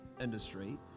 industry